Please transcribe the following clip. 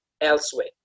elsewhere